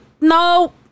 no